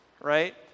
right